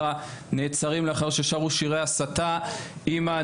נעצרים לאחר ששרו שירי הסתה: אימא,